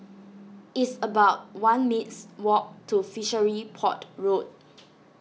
it's about one mins' walk to Fishery Port Road